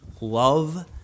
love